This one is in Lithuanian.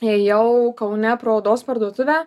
ėjau kaune pro odos parduotuvę